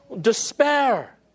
despair